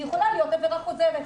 זו יכולה להיות עבירה חוזרת.